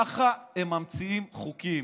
ככה הם ממציאים חוקים.